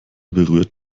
berührt